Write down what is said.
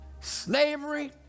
slavery